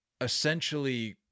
essentially